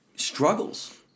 struggles